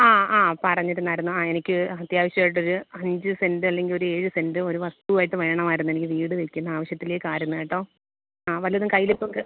ആ ആ പറഞ്ഞിരുന്നു ആ എനിക്ക് അത്യാവശ്യമായിട്ടൊരു അഞ്ച് സെൻറ് അല്ലെങ്കിൽ ഒരു ഏഴ് സെൻറ് ഒരു വസ്തു ആയിട്ട് വേണമായിരുന്നു എനിക്ക് വീട് വയ്ക്കുന്ന ആവശ്യത്തിലേക്കായിരുന്നു കേട്ടോ ആ വല്ലതും കയ്യിൽ ഇപ്പം ക